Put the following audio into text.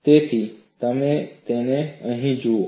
તેથી તમે તેને અહીં જુઓ છો